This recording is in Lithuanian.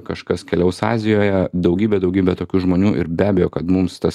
kažkas keliaus azijoje daugybė daugybė tokių žmonių ir be abejo kad mums tas